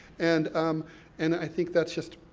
and um and i think that's just,